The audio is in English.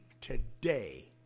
today